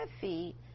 feet